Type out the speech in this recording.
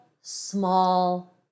small